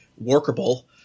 workable